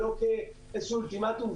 ולא כאיזשהו אולטימטום.